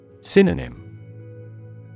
Synonym